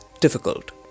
difficult